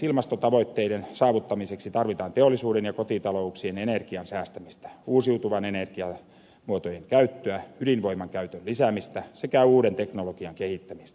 ilmastotavoitteiden saavuttamiseksi tarvitaan teollisuuden ja kotitalouksien energian säästämistä uusiutuvien energiamuotojen käyttöä ydinvoiman käytön lisäämistä sekä uuden teknologian kehittämistä